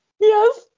Yes